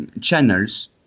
channels